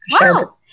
Wow